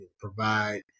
provide